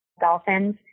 dolphins